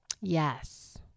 Yes